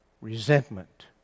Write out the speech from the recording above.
resentment